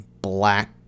black